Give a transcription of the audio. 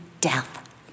death